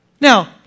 Now